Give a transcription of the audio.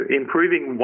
improving